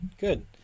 good